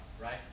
right